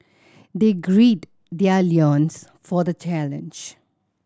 they grid their loins for the challenge